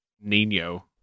Nino